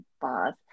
boss